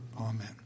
Amen